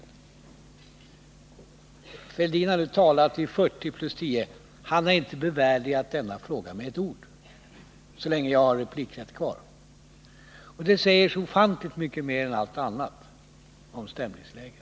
Thorbjörn Fälldin har nu talat i 40 plus 10 minuter. Han har inte bevärdigat denna fråga med ett ord så länge jag har replikrätt kvar. Det säger så ofantligt mycket mer än allt annat om stämningsläget.